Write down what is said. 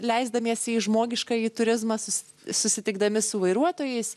leisdamiesi į žmogiškąjį turizmą susitikdami su vairuotojais